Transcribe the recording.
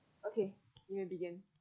okay you may begin